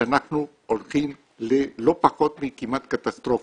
שאנחנו הולכים ללא פחות מכמעט קטסטרופה.